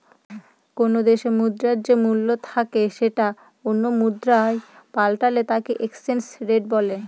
কোনো দেশে মুদ্রার যে মূল্য থাকে সেটা অন্য মুদ্রায় পাল্টালে তাকে এক্সচেঞ্জ রেট বলে